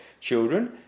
children